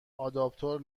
آداپتور